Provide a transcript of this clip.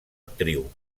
actriu